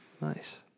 Nice